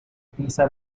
pisa